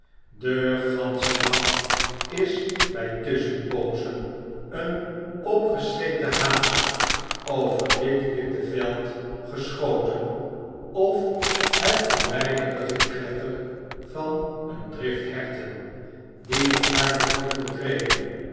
den ganschen dag is by tusschenpoozen een opgeschrikte haas over dit witte veld geschoten of het verwijderde gekletter van een drift herten die den harden grond betreden